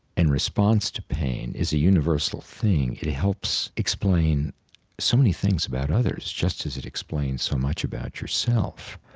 and response to pain is a universal thing, it helps explain so many things about others, just as it explains so much about yourself.